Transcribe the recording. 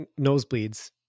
nosebleeds